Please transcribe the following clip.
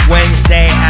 Wednesday